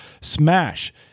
Smash